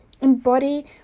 Embody